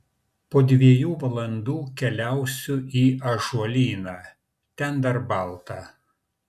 po dviejų valandų keliausiu į ąžuolyną ten dar balta